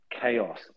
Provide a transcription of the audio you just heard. chaos